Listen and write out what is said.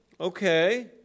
Okay